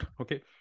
Okay